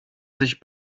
sich